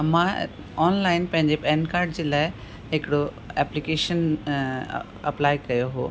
मां ऑनलाइन पंहिंजे पेनकार्ड जे लाइ हिकिड़ो एप्लीकेशन अप्लाई कयो हो